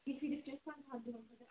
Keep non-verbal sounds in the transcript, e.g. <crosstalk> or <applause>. <unintelligible>